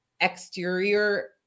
exterior